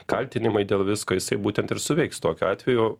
kaltinimai dėl visko jisai būtent ir suveiks tokiu atveju